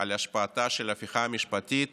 על השפעתה של ההפיכה המשפטית